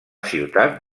ciutat